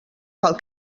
cal